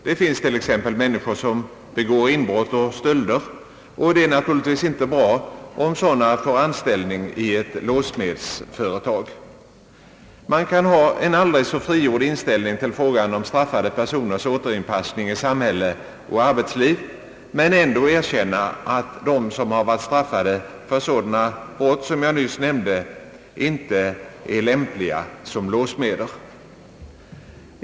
Det finns t. ex, människor som begår inbrott och stölder, och det är naturligtvis inte bra om sådana får anställning i ett låssmedsföretag. Man kan ha en aldrig så frigjord inställning till frågan om straffade personers återin passning i samhälle och arbetsliv men ändå erkänna, att de som har varit straffade för sådana brott som jag nyss nämnde inte är lämpliga som låssmeder.